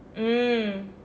mm